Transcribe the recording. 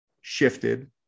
shifted